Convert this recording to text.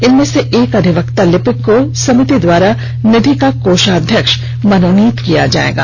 इनमें से एक अधिवक्ता लिपिक को समिति द्वारा निधि का कोषाध्यक्ष मनोनीत किया जाएगा